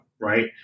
right